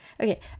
okay